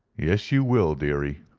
yes, you will, dearie.